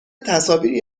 تصاویری